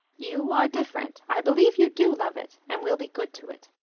you are different. i believe you do love it and will be good to it.